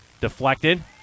Deflected